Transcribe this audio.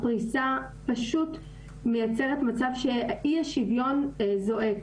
הפריסה פשוט מייצרת מצב שאי השוויון זועק.